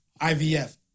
IVF